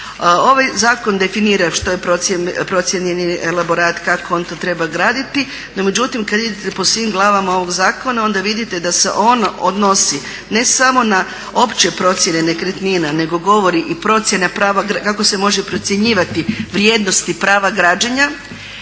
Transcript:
Ovaj zakon definira što je procijenjeni elaborat, kako on to treba graditi, no međutim kad idete po svim glavama ovog zakona onda vidite da se on odnosi ne samo na opće procjene nekretnina nego govori i procjene, kako se može procjenjivati vrijednosti prava građenja,